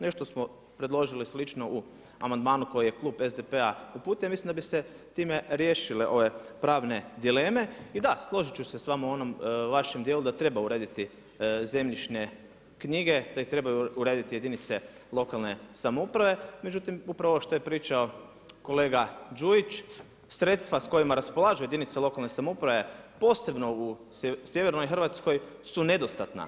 Nešto smo predložili slično u amandmanu koje je klub SDP-a uputio, ja mislim da bi se time riješile ove pravne dileme i da, složit ću se s vama u onom vašem dijelu da treba urediti zemljišne knjige, da ih treba urediti jedinice lokalne samouprave, međutim upravo ovo što je pričao kolega Đujić, sredstva s kojima raspolažu jedinice lokalne samouprave posebno u sjevernoj Hrvatskoj su nedostatna.